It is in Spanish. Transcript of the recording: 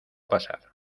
pasar